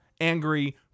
angry